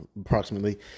approximately